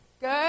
Good